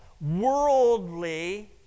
worldly